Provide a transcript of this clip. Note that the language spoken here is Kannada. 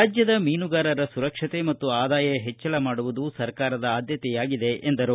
ರಾಜ್ಯದ ಮೀನುಗಾರರ ಸುರಕ್ಷತೆ ಮತ್ತು ಆದಾಯ ಪೆಚ್ಚಳ ಮಾಡುವುದು ಸರ್ಕಾರದ ಆದ್ಯತೆಯಾಗಿದೆ ಎಂದರು